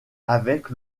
avec